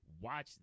Watch